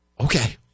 Okay